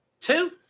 two